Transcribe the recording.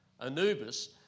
Anubis